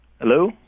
Hello